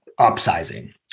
upsizing